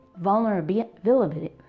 vulnerability